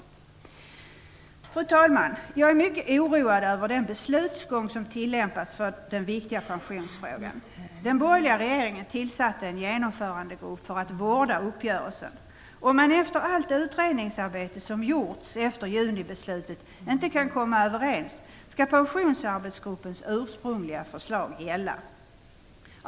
Fru talman! Jag är mycket oroad över den beslutsgång som tillämpas för den viktiga pensionsfrågan. Den borgerliga regeringen tillsatte en genomförandegrupp för att "vårda uppgörelsen". Om man efter allt utredningsarbete som gjorts efter junibeslutet inte kan komma överens skall Pensionsarbetsgruppens ursprungliga förslag gälla.